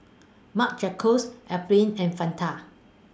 Marc Jacobs Alpen and Fanta